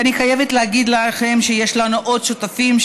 ואני חייבת להגיד לכם שיש לנו עוד שותפים,